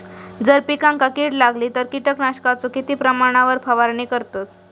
जर पिकांका कीड लागली तर कीटकनाशकाचो किती प्रमाणावर फवारणी करतत?